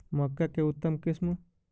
मक्का के उतम किस्म?